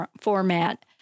format